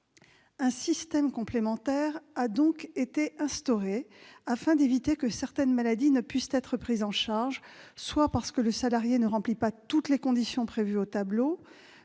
Un système complémentaire a donc été instauré, afin d'éviter que certaines maladies ne puissent être prises en charge, soit que le salarié ne remplisse pas toutes les conditions prévues au tableau-